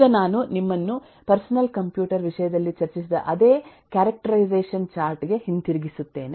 ಈಗ ನಾನು ನಿಮ್ಮನ್ನು ಪರ್ಸನಲ್ ಕಂಪ್ಯೂಟರ್ ವಿಷಯದಲ್ಲಿ ಚರ್ಚಿಸಿದ ಅದೇ ಕ್ಯಾರೇಕ್ಟರೈಸೇಷನ್ ಚಾರ್ಟ್ ಗೆ ಹಿಂತಿರುಗಿಸುತ್ತೇನೆ